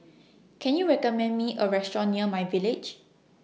Can YOU recommend Me A Restaurant near My Village